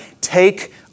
take